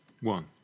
One